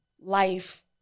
life